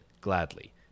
gladly